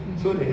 mm